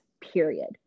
period